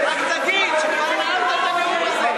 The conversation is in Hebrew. רק תגיד שכבר נאמת את הנאום הזה.